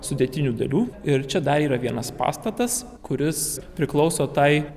sudėtinių dalių ir čia dar yra vienas pastatas kuris priklauso tai